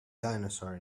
dinosaur